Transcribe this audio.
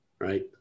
Right